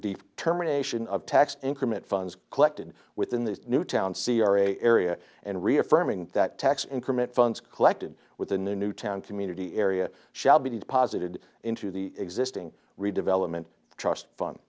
deep terminations of tax increment funds collected within the newtown c r a area and reaffirming that tax increment funds collected within the newtown community area shall be deposited into the existing redevelopment trust fund